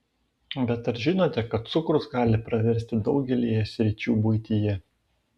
bet ar žinote kad cukrus gali praversti daugelyje sričių buityje